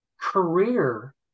career